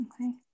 okay